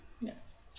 yes